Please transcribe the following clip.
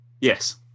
Yes